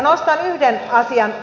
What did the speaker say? nostan yhden asian